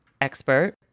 expert